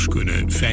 Kunnen